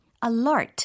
alert